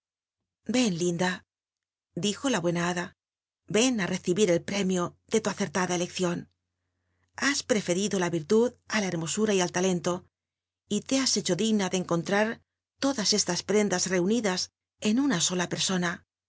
ven linda dijo la buena liada ven á recibir el premio de tu acertada eleccion lws preferido la rirtud á la hermosura y al talento y le has hecho digna de encontrar todas estas prendas reunidas en una sola persona